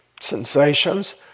sensations